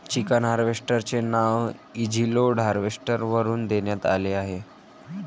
chicken harvester चे नाव easy load harvester वरून देण्यात आले आहे